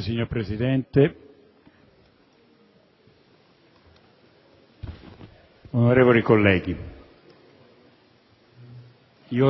Signor Presidente, onorevoli colleghi,